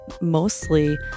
mostly